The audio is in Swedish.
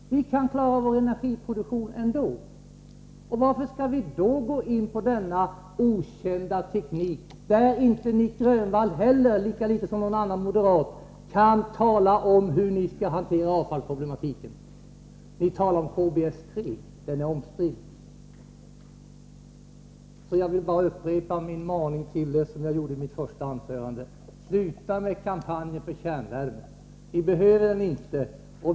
Vi kan klara vår energiproduktion ändå. Och varför skall vi då gå in på denna okända teknik, där inte Nic Grönvall heller, lika litet som någon annan moderat, kan tala om hur ni skall hantera avfallsproblematiken? Ni talar om KBS 3. Den är omstridd. Jag vill bara upprepa min maning till er från mitt första anförande: Sluta med kampanjen för kärnvärme! Vi behöver den inte.